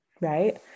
right